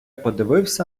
подивився